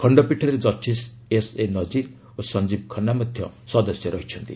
ଖଣ୍ଡପୀଠରେ justice S A ନଟ୍ଟିର ଓ ସଂଜୀବ ଖନ୍ନା ମଧ୍ୟ ସଦସ୍ୟ ଅଛନ୍ତି